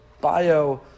bio